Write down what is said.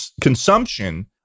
consumption